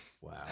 Wow